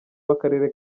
w’akarere